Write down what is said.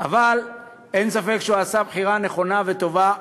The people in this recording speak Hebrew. אבל אין ספק שהוא עשה בחירה נכונה וטובה.